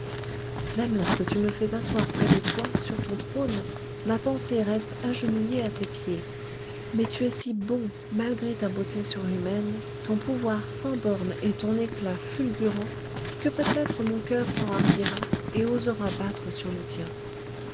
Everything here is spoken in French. même lorsque tu me fais asseoir près de toi sur ton trône ma pensée reste agenouillée à tes pieds mais tu es si bon malgré ta beauté surhumaine ton pouvoir sans bornes et ton éclat fulgurant que peut-être mon cœur s'enhardira et osera battre sur le tien